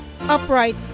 upright